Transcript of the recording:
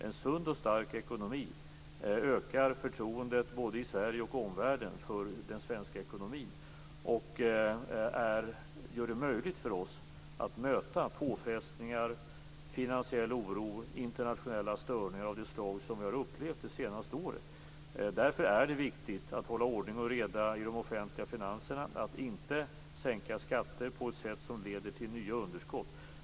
En sund och stark ekonomi ökar förtroendet både i Sverige och omvärlden för den svenska ekonomin och gör det möjligt för oss att möta påfrestningar, finansiell oro och internationella störningar av det slag som vi har upplevt det senaste året. Därför är det viktigt att hålla ordning och reda i de offentliga finanserna och att inte sänka skatter på ett sätt som leder till nya underskott.